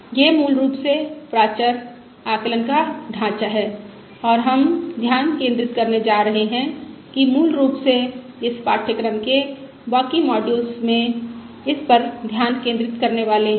यह मूल रूप से प्राचर आकलन का ढांचा है और हम ध्यान केंद्रित करने जा रहे हैं और मूल रूप से इस पाठ्यक्रम के बाकी मॉड्यूल में इस पर ध्यान केंद्रित करने वाले है